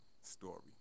story